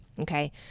Okay